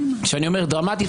כשאני אומר "דרמטית",